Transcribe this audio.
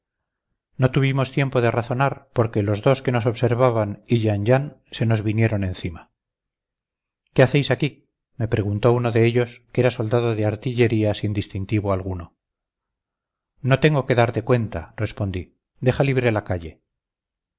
no tuvimos tiempo de razonar porque los dos que nos observaban y jean jean se nos vinieron encima qué hacéis aquí me preguntó uno de ellos que era soldado de artillería sin distintivo alguno no tengo que darte cuenta respondí deja libre la calle